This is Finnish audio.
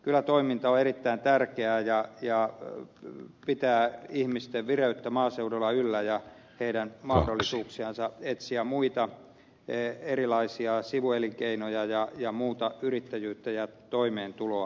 kylätoiminta on erittäin tärkeää ja pitää ihmisten vireyttä maaseudulla yllä ja heidän mahdollisuuksiansa etsiä muita erilaisia sivuelinkeinoja ja muuta yrittäjyyttä ja toimeentuloa